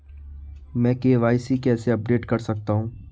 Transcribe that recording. मैं के.वाई.सी कैसे अपडेट कर सकता हूं?